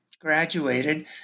graduated